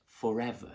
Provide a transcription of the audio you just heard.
forever